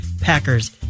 Packers